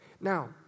Now